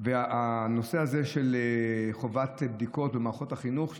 בנושא הזה של חובת בדיקות במערכות החינוך,